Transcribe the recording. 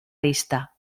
lista